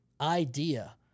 idea